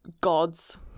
gods